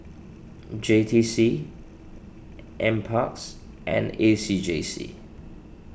J T C N Parks and A C J C